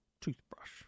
toothbrush